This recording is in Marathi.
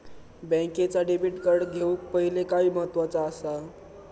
बँकेचा डेबिट कार्ड घेउक पाहिले काय महत्वाचा असा?